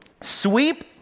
sweep